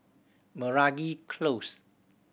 Meragi Close